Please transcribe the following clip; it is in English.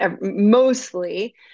mostly